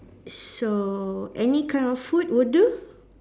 so any kind of food will do